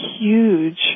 huge